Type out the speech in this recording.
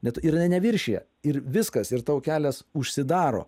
net ir jinai neviršija ir viskas ir tau kelias užsidaro